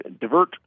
divert